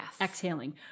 exhaling